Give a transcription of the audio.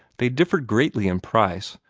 they differed greatly in price,